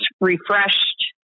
refreshed